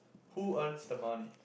who earns the money